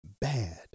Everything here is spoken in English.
bad